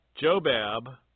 Jobab